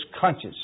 conscious